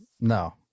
No